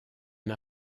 n’a